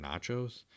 nachos